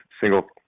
single